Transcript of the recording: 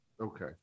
Okay